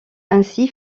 ainsi